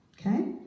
okay